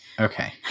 Okay